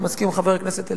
אני מסכים עם חבר הכנסת אלדד,